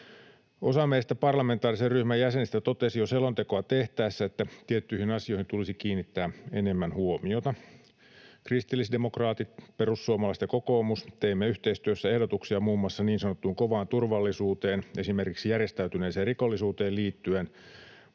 Osa meistä parlamentaarisen ryhmän jäsenistä totesi jo selontekoa tehtäessä, että tiettyihin asioihin tulisi kiinnittää enemmän huomiota. Kristillisdemokraatit, perussuomalaiset ja kokoomus tekivät yhteistyössä ehdotuksia muun muassa niin sanottuun kovaan turvallisuuteen, esimerkiksi järjestäytyneeseen rikollisuuteen liittyen,